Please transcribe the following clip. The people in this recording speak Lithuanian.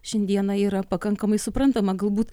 šiandieną yra pakankamai suprantama galbūt